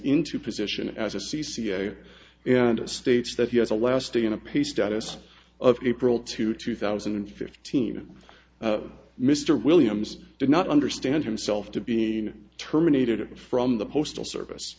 into position as a c c a and it states that he has a lasting in a peace status of april to two thousand and fifteen mr williams did not understand himself to be terminated from the postal service